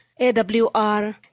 AWR